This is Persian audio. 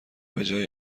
بجای